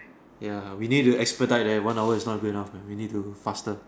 ya we need to expedite leh one hour is not good enough man we need to faster